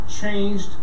changed